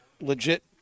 legit